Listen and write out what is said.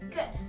Good